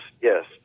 Yes